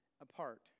apart